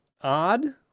odd